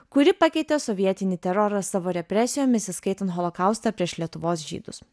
kuri pakeitė sovietinį terorą savo represijomis įskaitant holokaustą prieš lietuvos žydus